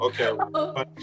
Okay